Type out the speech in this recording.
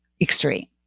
extreme